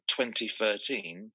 2013